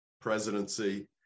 presidency